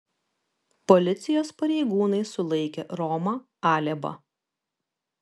policijos pareigūnai sulaikė romą alėbą